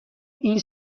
این